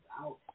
out